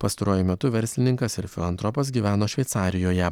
pastaruoju metu verslininkas ir filantropas gyveno šveicarijoje